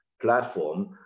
platform